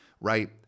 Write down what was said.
right